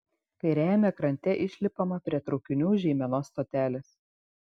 kairiajame krante išlipama prie traukinių žeimenos stotelės